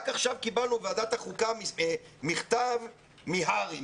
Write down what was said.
רק עכשיו קיבלנו בוועדת החוקה מכתב מהר"י,